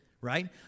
right